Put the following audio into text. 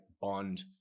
bond